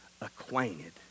acquainted